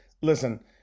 Listen